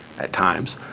at times.